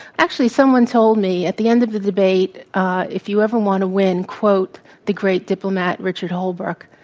actually someone told me at the end of the debate if you ever want to win quote the great diplomat richard holbrook.